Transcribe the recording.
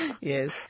Yes